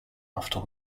after